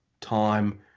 time